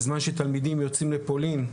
בזמן שתלמידים יוצאים לפולין,